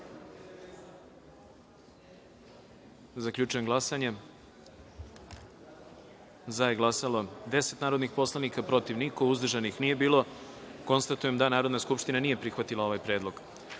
predlog. Zaključujem glasanje: za je glasalo – 15 narodnih poslanika, protiv – niko, uzdržanih – nije bilo. Konstatujem da Narodna skupština nije prihvatila ovaj predlog. Narodni